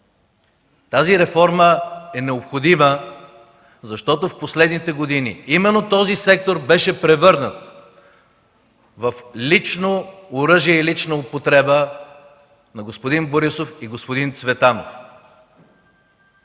Тази реформа е необходима, защото в последните години именно този сектор беше превърнат в лично оръжие и лична употреба на господин Борисов и господин Цветанов